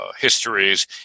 histories